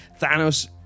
Thanos